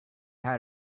had